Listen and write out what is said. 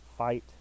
fight